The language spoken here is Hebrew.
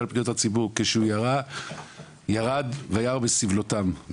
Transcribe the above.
לפניות הציבור כשהוא ירד "וירא בסבלותם".